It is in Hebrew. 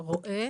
רואה